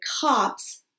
cops